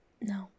no